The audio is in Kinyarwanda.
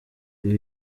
ibi